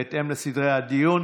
בהתאם לסדרי הדיון.